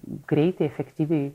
greitai efektyviai